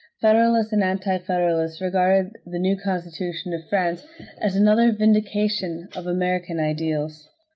federalists and anti-federalists regarded the new constitution of france as another vindication of american ideals.